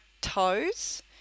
toes